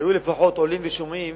היו לפחות עולים ושומעים